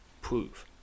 prove